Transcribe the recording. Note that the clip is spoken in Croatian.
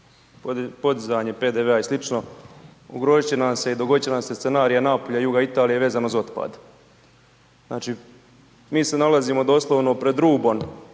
podizanje PDV-a i slično, ugrozit će nam se i dogodit će nam se scenarij Napulja i juga Italije vezano za otpad. Znači mi se nalazimo doslovno pred rubom